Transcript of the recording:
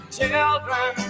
children